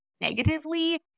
negatively